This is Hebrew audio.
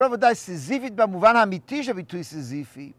אבל ודאי סזיפית במובן האמיתי שביטוי סזיפי.